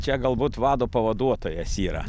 čia galbūt vado pavaduotojas yra